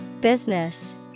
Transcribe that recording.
Business